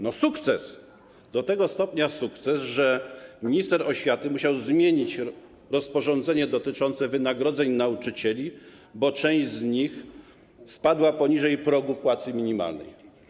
No sukces, do tego stopnia sukces, że minister oświaty musiał zmienić rozporządzenie dotyczące wynagrodzeń nauczycieli, bo część z nich spadła poniżej poziomu płacy minimalnej.